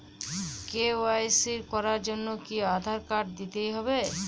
KYC করার জন্য কি আধার কার্ড দিতেই হবে?